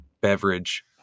beverage